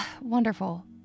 Wonderful